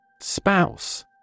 Spouse